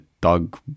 dog